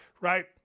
right